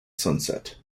sunset